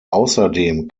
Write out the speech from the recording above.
außerdem